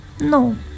no